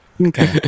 Okay